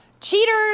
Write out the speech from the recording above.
Cheaters